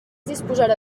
disposarà